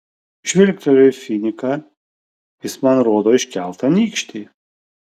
žvilgteliu į finiką jis man rodo iškeltą nykštį